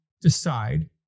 decide